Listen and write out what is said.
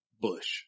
Bush